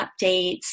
updates